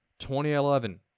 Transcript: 2011